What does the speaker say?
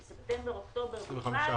של ספטמבר אוקטובר בלבד,